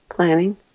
Planning